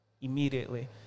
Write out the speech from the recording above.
immediately